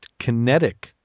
kinetic